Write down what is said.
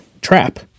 trap